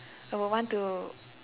I would want to